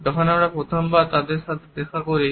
যখন আমরা প্রথমবার তাদের সাথে দেখা করি